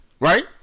Right